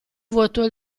vuotò